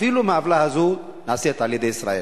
אפילו אם העוולה הזאת נעשית על-ידי ישראל.